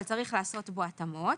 אבל צריך לעשות בו התאמות.